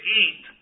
eat